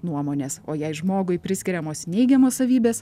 nuomonės o jei žmogui priskiriamos neigiamos savybės